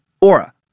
Aura